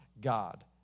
God